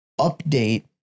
update